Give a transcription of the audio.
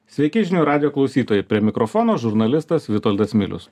sveiki žinių radijo klausytojai prie mikrofono žurnalistas vitoldas milius